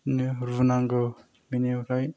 बिदिनो रुनांगौ बेनिफ्राय